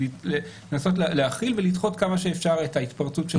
לנסות להכיל ולדחות כמה שאפשר את ההתפרצות שלו.